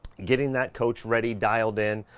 getting that coach ready, dialed in,